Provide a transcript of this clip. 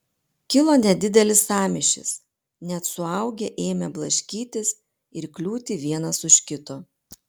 kilo nedidelis sąmyšis net suaugę ėmė blaškytis ir kliūti vienas už kito